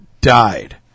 died